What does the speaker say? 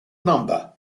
number